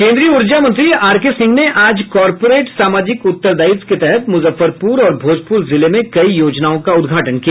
केन्द्रीय ऊर्जा मंत्री आरके सिंह ने आज कॉरपोरेट सामाजिक उत्तरदायित्व के तहत मुजफ्फरपुर और भोजपुर जिले में कई योजनाओं का उद्घाटन किया